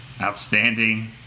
outstanding